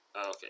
Okay